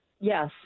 Yes